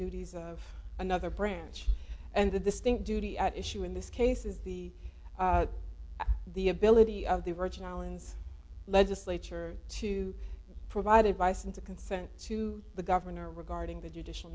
duties of another branch and the distinct duty at issue in this case is the the ability of the virgin islands legislature to provide advice and to consent to the governor regarding the judicial